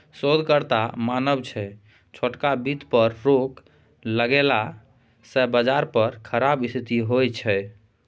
शोधकर्ताक मानब छै छोटका बित्त पर रोक लगेला सँ बजार पर खराब स्थिति होइ छै